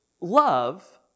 love